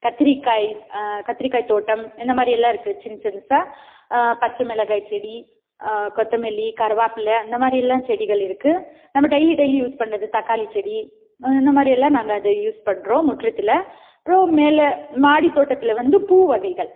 கத்திரிக்காய் கத்தரிக்காய் தோட்டம் இந்த மாதிரியெல்லாம் இருக்கு சின்சின்சா பச்சை மிளகாய் செடி கொத்தமல்லி கருவேப்பில்ல அந்த மாதிரியெல்லாம் செடிகள் இருக்கு நம்ம டெய்லி டெய்லியும் யூஸ் பண்ணுறது தக்காளி செடி அந்த மாதிரியெல்லாம் நாங்கள் அதை யூஸ் பண்ணுறோம் முற்றத்தில் அப்றம் மேல் மாடி தோட்டத்தில் வந்து பூ வகைகள்